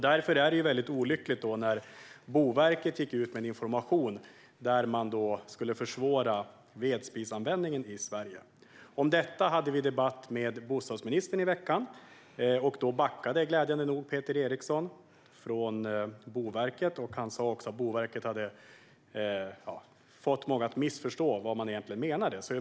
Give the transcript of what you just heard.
Därför är det mycket olyckligt att Boverket gick ut med information om att man skulle försvåra vedspisanvändningen i Sverige. Om detta hade vi debatt med bostadsministern i veckan. Då backade glädjande nog Peter Eriksson från vad Boverket sagt, och han sa också att Boverket hade fått många att missförstå vad man egentligen menade.